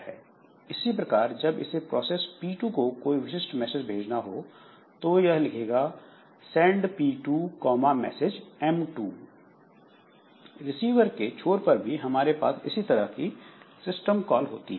इसी प्रकार जब इसे प्रोसेस P2 को कोई विशिष्ट मैसेज भेजना होगा तो यह लिखेगा send P2 comma message M2 receiver के छोर पर भी हमारे पास इसी तरह की सिस्टम कॉल होती है